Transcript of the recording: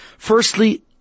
Firstly